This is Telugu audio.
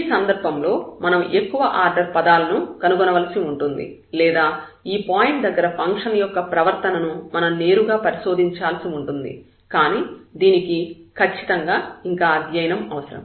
ఈ సందర్భంలో మనం ఎక్కువ ఆర్డర్ పదాలను కనుగొనవలసి ఉంటుంది లేదా ఈ పాయింట్ దగ్గర ఫంక్షన్ యొక్క ప్రవర్తనను మనం నేరుగా పరిశోధించాల్సిన ఉంటుంది కానీ దీనికి ఖచ్చితంగా ఇంకా అధ్యయనం అవసరం